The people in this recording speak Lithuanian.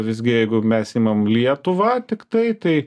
visgi jeigu mes imam lietuvą tiktai tai